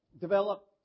develop